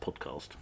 podcast